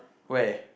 where